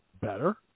better